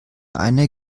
eine